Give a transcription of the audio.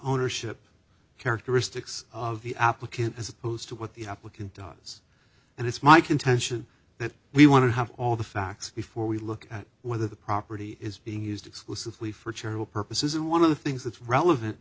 ownership characteristics of the applicant as opposed to what the applicant does and it's my contention that we want to have all the facts before we look at whether the property is being used exclusively for channel purposes and one of the things that's relevant